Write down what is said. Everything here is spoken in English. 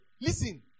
listen